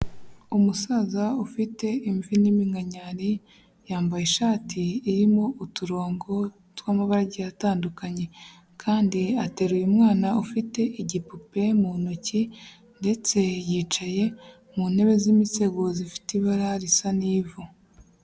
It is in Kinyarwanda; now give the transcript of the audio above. Umusaza ufite imvi n'iminkanyari, yambaye ishati irimo uturongo tw'amabara agiye atandukanye, kandi ateruye mwana ufite igipupe mu ntoki, ndetse yicaye mu ntebe z'imisego zifite ibara risa n'ivu.